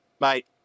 mate